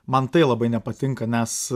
man tai labai nepatinka nes